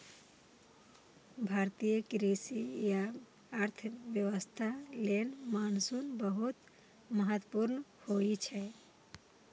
भारतीय कृषि आ अर्थव्यवस्था लेल मानसून बहुत महत्वपूर्ण होइ छै